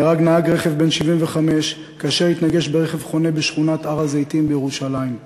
נהרג נהג רכב בן 75 כאשר התנגש ברכב חונה בשכונת הר-הזיתים בירושלים.